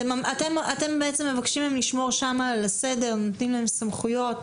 אתם מבקשים מהם לשמור שם על הסדר ונותנים להם סמכויות,